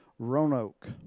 Roanoke